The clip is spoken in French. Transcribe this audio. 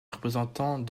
représentant